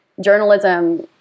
journalism